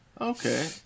Okay